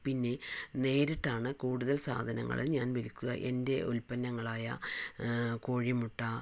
പിന്നെ നേരിട്ടാണ് കൂടുതൽ സാധനങ്ങള് ഞാൻ വിൽക്കുക എൻ്റെ ഉൽപ്പന്നങ്ങളായ കോഴിമുട്ട